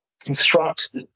construct